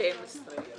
בתקנה 1(א)(12):